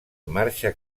marxa